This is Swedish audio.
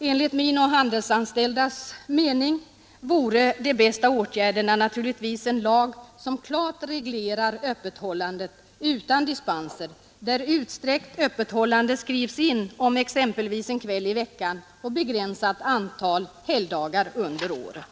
Enligt min och de handelsanställdas mening vore de bästa åtgärderna en lag som klart reglerar öppethållandet utan dispenser och där ett utsträckt öppethållande skrivs in, exempelvis en kväll i veckan och begränsat antal helgdagar under året.